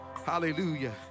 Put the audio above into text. Hallelujah